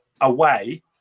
away